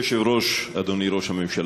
אדוני היושב-ראש, אדוני ראש הממשלה,